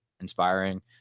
inspiring